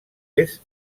est